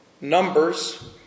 numbers